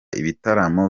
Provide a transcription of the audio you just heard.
ibitaramo